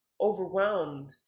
overwhelmed